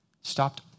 Stopped